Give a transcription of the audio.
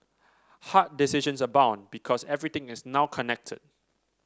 hard decisions abound because everything is now connected